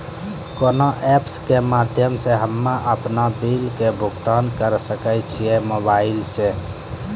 कोना ऐप्स के माध्यम से हम्मे अपन बिल के भुगतान करऽ सके छी मोबाइल से?